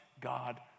God